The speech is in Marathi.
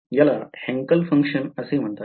त्याला Hankel Function असे म्हणतां